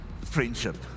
friendship